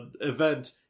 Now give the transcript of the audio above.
event